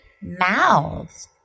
Mouth